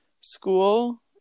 school